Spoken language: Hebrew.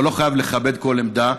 אבל לא חייבים לכבד כל עמדה,